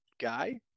guy